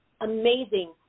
amazing